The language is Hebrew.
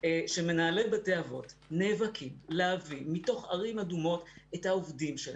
שמנהלי בתי האבות נאבקים להביא מתוך ערים אדומות את העודים שלהם,